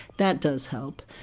that does help.